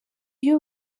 iyo